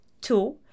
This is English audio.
Two